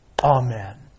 Amen